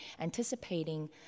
anticipating